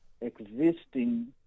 existing